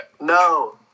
No